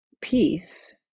peace